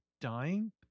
dying